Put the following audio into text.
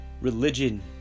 religion